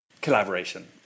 Collaboration